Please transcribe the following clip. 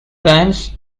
vans